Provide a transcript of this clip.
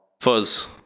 fuzz